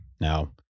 Now